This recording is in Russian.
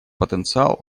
потенциал